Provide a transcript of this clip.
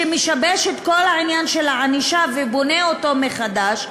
שמשבש את כל העניין של הענישה ובונה אותו מחדש,